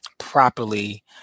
properly